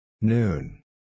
Noon